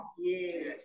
yes